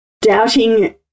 doubting